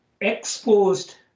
Exposed